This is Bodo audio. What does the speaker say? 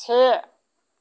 से